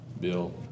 Bill